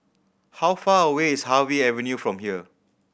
how far away is Harvey Avenue from here